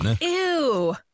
Ew